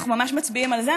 אנחנו ממש מצביעים על זה?